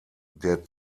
der